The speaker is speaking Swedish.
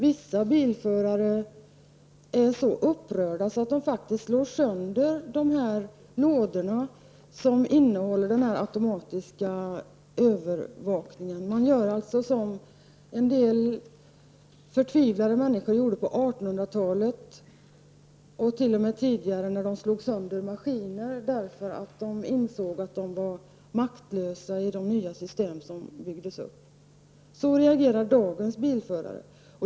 Vissa bilförare blir så upprörda att de slår sönder de lådor i vilka detta system finns. De gör alltså på samma sätt som en del förtvivlade människor gjorde på 1800-talet och t.o.m. tidigare. De slog sönder maskiner när de insåg att de själva var maktlösa mot de nya system som byggdes upp. Så reagerar dagens bilförare.